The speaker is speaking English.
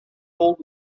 old